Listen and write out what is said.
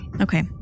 Okay